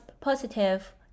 positive